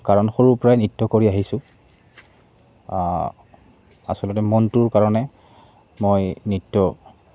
কাৰণ সৰুৰপৰাই নৃত্য কৰি আহিছোঁ আচলতে মনটোৰ কাৰণে মই নৃত্য